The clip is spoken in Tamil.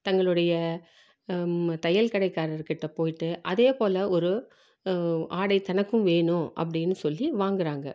தங்களுடைய தையல் கடைக்காரர் கிட்டே போய்ட்டு அதே போல் ஒரு ஆடை தனக்கும் வேணும் அப்படின்னு சொல்லி வாங்குறாங்க